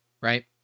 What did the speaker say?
right